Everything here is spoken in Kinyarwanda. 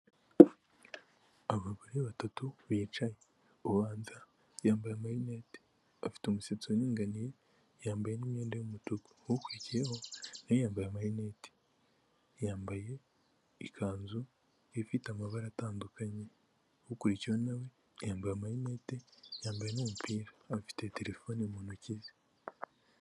Abagore batatu bicaye. Ubanza yambaye amarinete. Afite umusatsi uringaniye, yambaye n'imyenda y'umutuku. Ukurikiyeho na we yambaye amarineti. Yambaye ikanzu ifite amabara atandukanye. Ukurikiyeho na we, yambaye amarinete, yambaye n'umupira. Afite terefone mu ntoki ze.